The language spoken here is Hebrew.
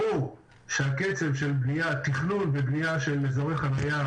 ברור שהקצב של תכנון ובנייה של אזורי חנייה,